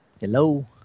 Hello